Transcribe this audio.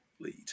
lead